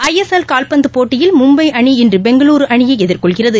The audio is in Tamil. ஐஎஸ்எல் கால்பந்துப் போட்டியில் மும்பைஅணி இன்றுபெங்களூருஅணியைஎதிர்கொள்கிறது